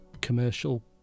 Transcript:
commercial